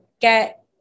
get